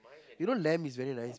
you know lamb is very nice